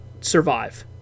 survive